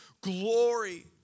glory